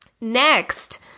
Next